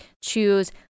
choose